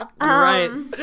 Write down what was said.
Right